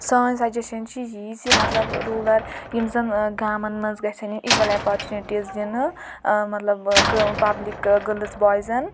سٲنۍ سَجیٚشَن چھِ یی زِ مطلب روٗلر یِم زَن ٲں گامَن منٛز گژھیٚن ینۍ اِکوَل اپرچُنٹیٖز دِنہٕ اۭں مطلب ٲں پَبلِک ٲں گٔرلٕز بوایِزَن